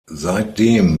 seitdem